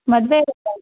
ಮದುವೆ ಇರೋದು ಯಾವಾಗ